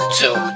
two